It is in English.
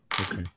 Okay